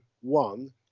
one